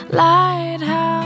lighthouse